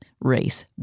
race